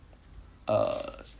uh